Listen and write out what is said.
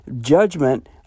judgment